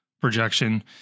projection